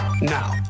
Now